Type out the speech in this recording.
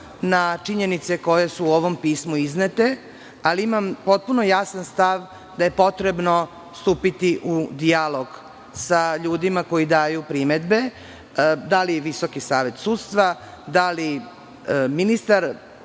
na činjenice koje su u ovom pismu iznete, ali imam potpuno jasan stav da je potrebno stupiti u dijalog sa ljudima koji daju primedbe, da li Visoki savet sudstva, da li ministar,